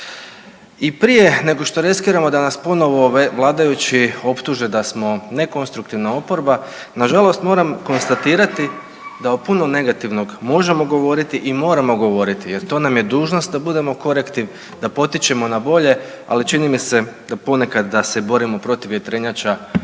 I prije nego što riskiramo da nas ponovo vladajući optuže da smo nekonstruktivna oporba nažalost moram konstatirati da o puno negativnog možemo govoriti i moramo govoriti jer to nam je dužnost da budemo korektiv, da potičemo na bolje, ali čini mi se da ponekad da se borimo protiv vjetrenjača